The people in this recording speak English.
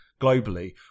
globally